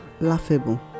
laughable